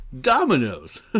Dominoes